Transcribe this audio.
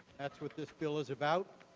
that's what this bill is about.